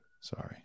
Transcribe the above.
Sorry